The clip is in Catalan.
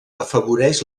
afavoreix